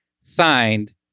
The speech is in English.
signed